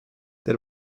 der